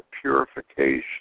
purification